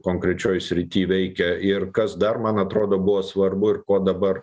konkrečioj srity veikia ir kas dar man atrodo buvo svarbu ir ko dabar